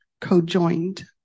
co-joined